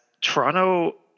Toronto